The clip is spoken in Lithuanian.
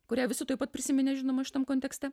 kurią visi tuoj pat prisiminė žinoma šitam kontekste